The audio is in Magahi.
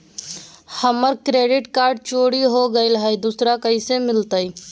हमर क्रेडिट कार्ड चोरी हो गेलय हई, दुसर कैसे मिलतई?